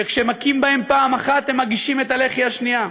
שכשמכים בהם פעם אחת, הם מגישים את הלחי השנייה.